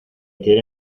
quiere